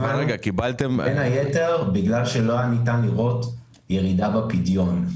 בין היתר בגלל שלא ניתן היה לראות ירידה בפדיון.